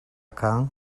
khan